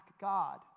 God